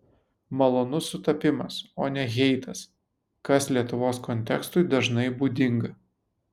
malonus sutapimas o ne heitas kas lietuvos kontekstui dažnai būdinga